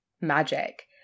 magic